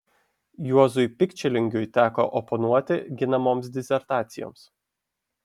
juozui pikčilingiui teko oponuoti ginamoms disertacijoms